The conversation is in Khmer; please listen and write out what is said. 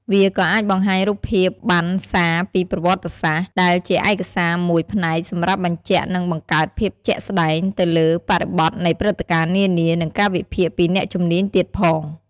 វាក៏អាចបង្ហាញរូបភាពបណ្ណសារពីប្រវត្តិសាស្ត្រ ដែលជាឯកសារមួយផ្នែកសម្រាប់បញ្ជាក់និងបង្កើតភាពជាក់ស្តែងទៅលើបរិបទនៃព្រឹត្តិការណ៍នានា និងការវិភាគពីអ្នកជំនាញទៀតផង។